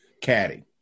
caddy